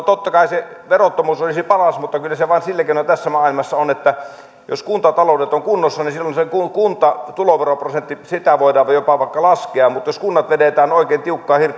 totta kai se verottomuus olisi paras mutta kyllä se vain sillä keinoin tässä maailmassa on että jos kuntataloudet ovat kunnossa niin silloin sitä kuntatuloveroprosenttia voidaan jopa vaikka laskea mutta jos kunnat vedetään oikein tiukkaan